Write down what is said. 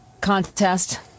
contest